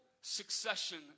succession